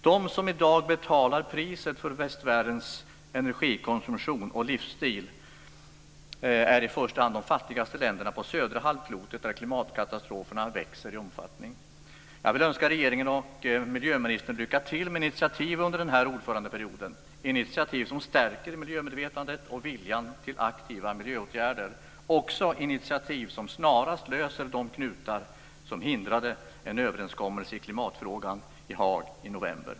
De som i dag betalar priset för västvärldens energikonsumtion och livsstil är i första hand de fattigaste länderna på södra halvklotet, där klimatkatastroferna växer i omfattning. Jag vill önska regeringen och miljöministern lycka till med initiativ under den här ordförandeperioden - initiativ som stärker miljömedvetandet och viljan till aktiva miljöåtgärder, också initiativ som snarast löser de knutar som hindrade en överenskommelse i klimatfrågan i Haag i november.